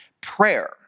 prayer